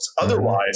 Otherwise